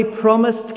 promised